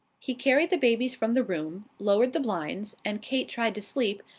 he carried the babies from the room, lowered the blinds, and kate tried to sleep,